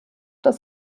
das